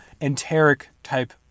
enteric-type